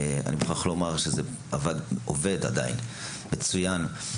אני מוכרח לומר שזה עבד, עובד עדיין, מצוין.